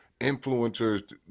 influencers